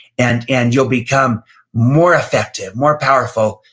and and you'll become more effective, more powerful,